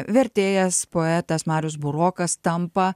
vertėjas poetas marius burokas tampa